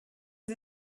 sie